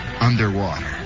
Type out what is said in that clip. underwater